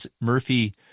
Murphy